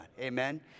Amen